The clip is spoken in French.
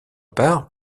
part